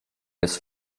jest